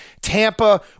Tampa